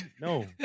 No